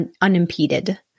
unimpeded